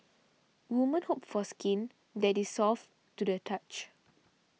women hope for skin that is soft to the touch